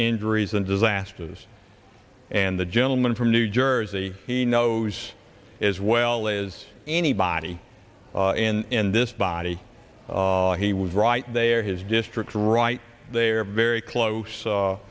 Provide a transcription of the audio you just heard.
injuries and disasters and the gentleman from new jersey he knows as well as anybody in this body he was right they are his district right they are very close